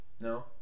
no